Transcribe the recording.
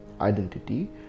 identity